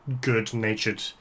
good-natured